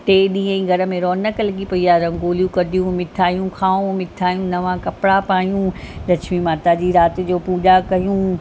टे ॾींह घर में रौनक़ लॻी पई आहे रंगोली कढूं मिठायूं खाऊं मिठाई नवां कपिड़ा पायूं लक्ष्मी माता जी राति जो पूॼा कयूं